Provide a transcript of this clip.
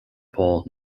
pole